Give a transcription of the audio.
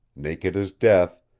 naked as death,